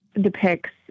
depicts